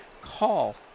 Call